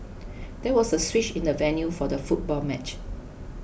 there was a switch in the venue for the football match